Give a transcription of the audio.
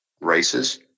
races